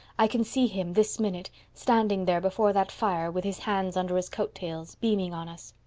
i can see him, this minute, standing there before that fire, with his hands under his coat-tails, beaming on us.